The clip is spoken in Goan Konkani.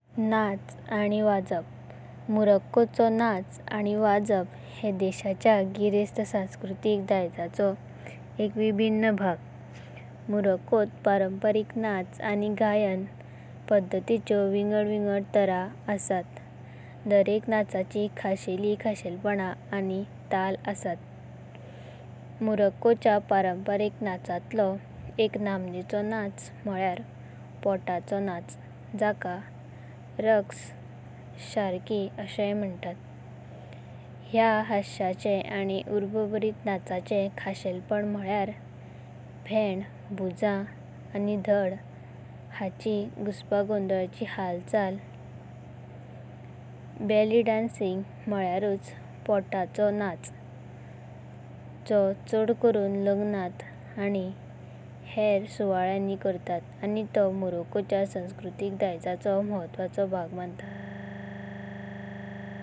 नाच आनी वाजपा। मोरोक्को चो नाच आनी वाजपा हे देशाचो गिरेस्त सांस्कृतिक धायजाचो विभीना भागा। मोरोक्को ता नाच आनी परमपारिक गायन पादतीचो विङड-विङड तारा अस्तात। आनी एक नाचातली खासेलिं खासेलपण आनी ताल अस्तात। मोरोक्को चा परमपारिक नाचांतलो एक नमाणेचो नाच म्हालयार पोटाचो नाच जाका रक्स शरकी अशें म्हंतात। ह्या हशाचे आनी उरबाबरीता नाचाचे। खासेलपण म्हालयार भेंडा, भुजा आनी दाहाद हांची घूसपगोनोलाचि बेली डान्सिंग म्हालयारुच पोटाचो। नाच जों चड कडून लग्नात आनी हेर सुवल्याणी करतात। आनी हेर ति मोरोक्को चा सांस्कृतिक धायजाचो महत्वाचो भाग आसा।